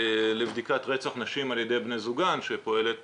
לבדיקת רצח נשים על ידי בני זוגן שפועלת